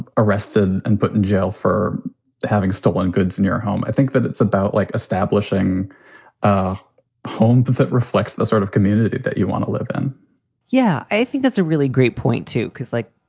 arrested and put in jail for having stolen goods in your home. i think that it's about like establishing a home that reflects the sort of community that you want to live in yeah, i think that's a really great point, too, because, like,